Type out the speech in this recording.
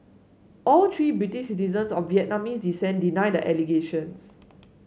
all three British citizens of Vietnamese descent deny the allegations